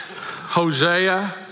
Hosea